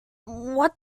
what